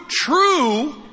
true